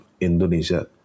Indonesia